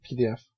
PDF